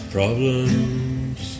problems